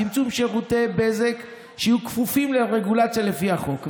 צמצום שירותי בזק שיהיו כפופים לרגולציה לפי החוק,